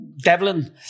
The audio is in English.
devlin